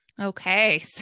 Okay